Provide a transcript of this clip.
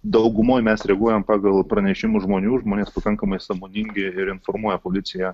daugumoj mes reaguojam pagal pranešimus žmonių žmonės pakankamai sąmoningi ir informuoja policiją